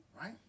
Right